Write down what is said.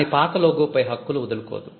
కాని పాత లోగో పై హక్కులు వదులుకోదు